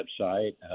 website